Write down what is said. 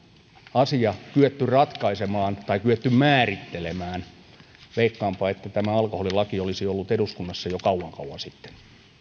asia olisi kyetty ratkaisemaan tai kyetty määrittelemään veikkaanpa että tämä alkoholilaki olisi ollut eduskunnassa jo kauan kauan sitten